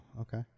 okay